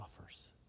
offers